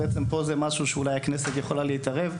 שזה משהו שאולי הכנסת יכולה להתערב בו.